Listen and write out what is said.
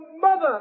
mother